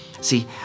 See